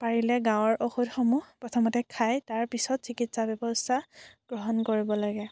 পাৰিলে গাঁৱৰ ঔষধসমূহ প্ৰথমতে খাই তাৰপিছত চিকিৎসা ব্যৱস্থা গ্ৰহণ কৰিব লাগে